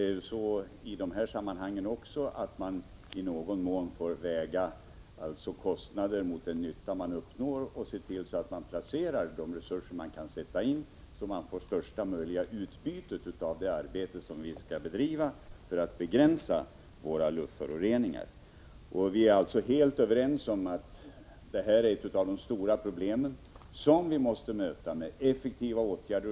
Även i det här sammanhanget får man i någon mån väga kostnader mot den nytta man uppnår och se till att man placerar de resurser man kan sätta in så, att man får största möjliga utbyte av det arbete som vi skall bedriva för att begränsa våra luftföroreningar. Vi är alltså helt överens om att detta är ett av de stora problemen, som vi måste möta med effektiva åtgärder.